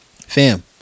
Fam